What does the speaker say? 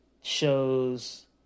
shows